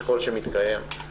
ככל שמתקיים.